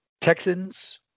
Texans